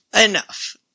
enough